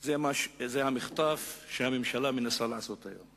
היא המחטף שהממשלה מנסה לעשות היום.